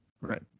Right